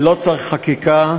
ולא צריך חקיקה.